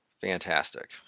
Fantastic